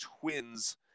Twins